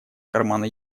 кармана